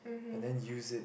and then use it